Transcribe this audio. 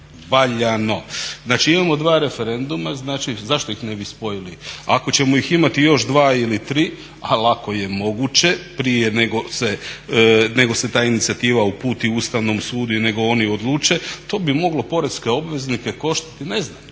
Znači imamo dva referenduma. Znači, zašto ih ne bi spojili? Ako ćemo ih imati još dva ili tri, a lako je moguće prije nego se ta inicijativa uputi Ustavnom sudu i nego oni odluče to bi moglo poreske obveznike koštati ne znam